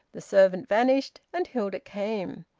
the servant vanished, and hilda came.